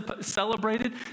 celebrated